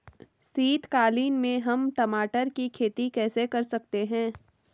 शीतकालीन में हम टमाटर की खेती कैसे कर सकते हैं?